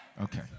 Okay